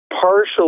partially